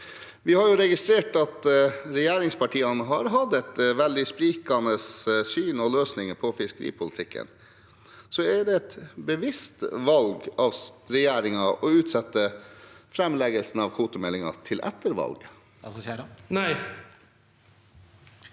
Vi har registrert at regjeringspartiene har hatt veldig sprikende syn og løsninger på fiskeripolitikken. Er det et bevisst valg av regjeringen å utsette framleggelsen av kvotemeldingen til etter valget?